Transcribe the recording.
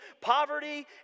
poverty